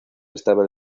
estaba